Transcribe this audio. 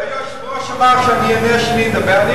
היושב-ראש אמר שאני אענה כשאני אדבר.